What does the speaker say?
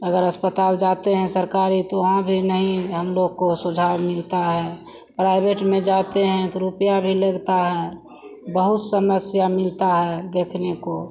अगर अस्पताल जाते हैं सरकारी तो वहाँ भी नहीं हमलोग को सुझाव मिलता है प्राइवेट में जाते हैं तो रुपया भी लगता है बहुत समस्या मिलती है देखने को